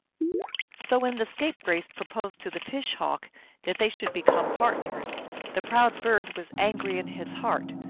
so when the scapegrace proposed to the fish hawk that they should become partners the proud bird was angry in his heart,